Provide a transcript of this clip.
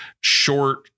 short